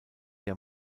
der